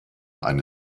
eine